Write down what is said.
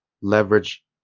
leverage